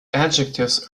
adjectives